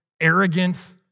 arrogant